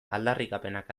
aldarrikapenak